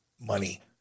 money